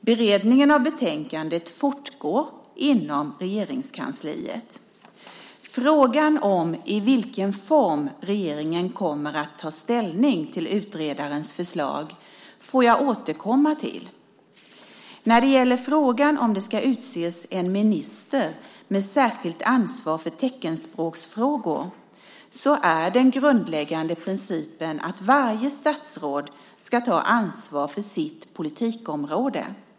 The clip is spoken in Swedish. Beredningen av betänkandet fortgår inom Regeringskansliet. Frågan om i vilken form regeringen kommer att ta ställning till utredarens förslag får jag återkomma till. När det gäller frågan om det ska utses en minister med särskilt ansvar för teckenspråksfrågor är den grundläggande principen att varje statsråd ska ta ansvar för sitt politikområde.